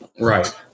Right